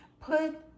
put